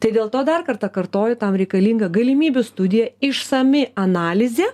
tai dėl to dar kartą kartoju tam reikalinga galimybių studija išsami analizė